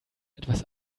etwas